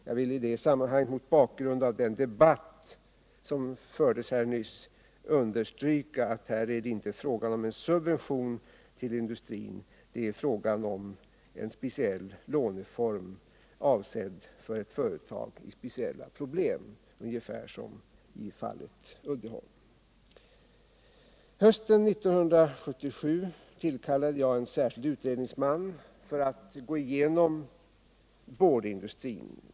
Jag vill i detta sammanhang med tanke på den debatt som nyss förts understryka att det här inte är fråga om en subvention till industrin utan gäller en speciell låneform, avsedd för ett företag med särskilda problem ungefär liknande Uddeholms. Hösten 1977 tillkallade jag en särskild utredningsman för att närmare gå igenom boardindustrin.